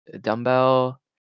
Dumbbell